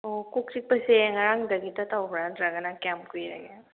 ꯑꯣ ꯀꯣꯛ ꯆꯤꯛꯄꯁꯦ ꯉꯔꯥꯡꯗꯒꯤꯇ ꯇꯧꯕ꯭ꯔꯥ ꯅꯠꯇ꯭ꯔꯒꯅ ꯀꯌꯥꯝ ꯀꯨꯏꯔꯒꯦ